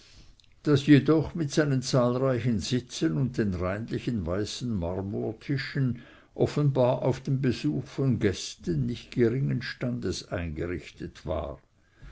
das jedoch mit seinen zahlreichen sitzen und reinlichen weißen marmortischen offenbar auf den besuch von gästen nicht geringen standes eingerichtet war